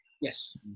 Yes